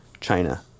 China